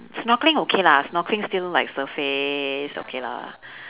snorkeling okay lah snorkeling still like surface okay lah